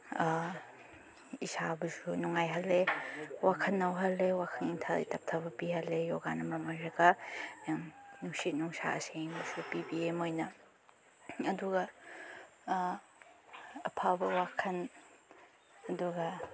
ꯏꯁꯥꯕꯨꯁꯨ ꯅꯨꯡꯉꯥꯏꯍꯜꯂꯦ ꯋꯥꯈꯜ ꯅꯧꯍꯜꯂꯦ ꯋꯥꯈꯜ ꯏꯪꯊꯕ ꯇꯞꯊꯕ ꯄꯤꯍꯜꯂꯦ ꯌꯣꯒꯥꯅ ꯃꯔꯝ ꯑꯣꯏꯔꯒ ꯅꯨꯡꯁꯤꯠ ꯅꯨꯡꯁꯥ ꯑꯁꯦꯡꯕꯁꯨ ꯄꯤꯕꯤꯌꯦ ꯃꯣꯏꯅ ꯑꯗꯨꯒ ꯑꯐꯕ ꯋꯥꯈꯟ ꯑꯗꯨꯒ